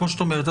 כמו שאת אומרת,